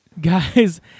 Guys